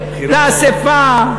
לאספה,